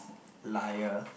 liar